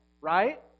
right